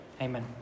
Amen